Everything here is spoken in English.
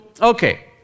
okay